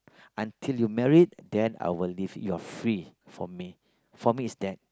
until you married then I will leave you are free for me for me is that